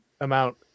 amount